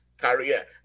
career